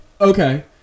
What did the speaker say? okay